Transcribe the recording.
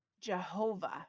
Jehovah